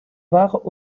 war